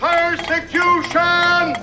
Persecution